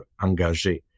engagé